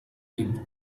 lived